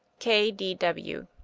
k. d. w.